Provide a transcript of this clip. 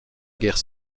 guerre